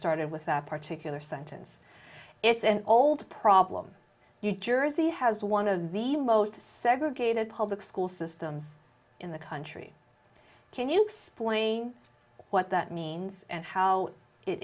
started with that particular sentence it's an old problem you jersey has one of the most segregated public school systems in the country can you explain what that means and how it